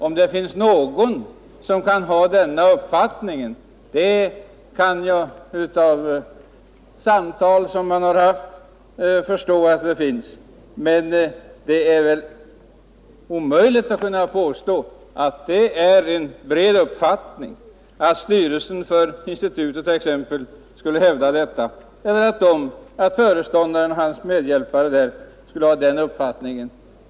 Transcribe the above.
Av samtal som jag har haft förstår jag att någon kan ha den uppfattningen, men det går inte att påstå att det är en bred uppfattning, eller att institutets styrelse eller föreståndaren eller hans medhjälpare skulle ha den uppfattningen.